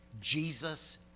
Jesus